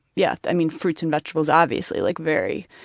yeah, i mean fruits and vegetables obviously, like very,